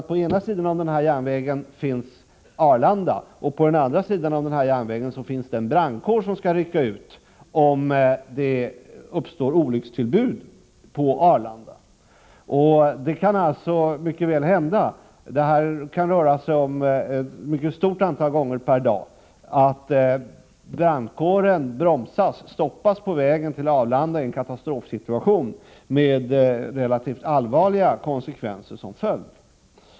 På ena sidan järnvägen finns nämligen Arlanda, och på andra sidan finns den brandkår som skall rycka ut om det uppstår olyckstillbud på Arlanda. Det kan alltså mycket väl hända — det kan röra sig om ett stort antal gånger per dag — att brandkåren bromsas och stoppas på väg till Arlanda i en katastrofsituation, med relativt allvarliga konsekvenser som följd.